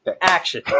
Action